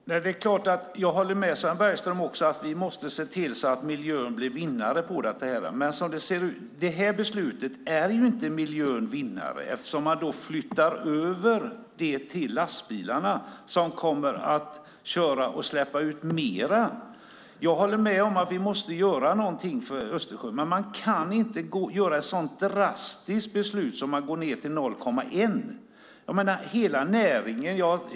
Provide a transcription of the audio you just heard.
Fru talman! Det är klart att jag håller med Sven Bergström om att vi måste se till att miljön blir vinnare på detta, men som det ser ut i det här beslutet är miljön inte någon vinnare, eftersom man flyttar över till lastbilarna som kommer att köra och släppa ut mer. Jag håller med om att vi måste göra någonting för Östersjön, men man kan inte ta ett sådant drastiskt beslut som att gå ned till 0,1 procent.